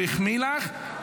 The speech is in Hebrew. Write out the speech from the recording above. הוא החמיא לך,